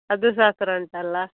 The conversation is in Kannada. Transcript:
ಅದು ಶಾಸ್ತ್ರ ಉಂಟಲ್ಲಾ